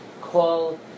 call